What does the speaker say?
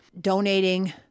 donating